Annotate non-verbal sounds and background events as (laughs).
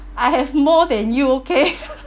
I have more than you okay (laughs)